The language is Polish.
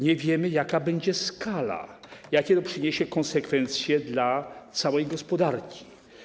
Nie wiemy, jaka będzie skala, jakie to przyniesie konsekwencje dla całej gospodarki.